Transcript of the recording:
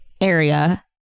area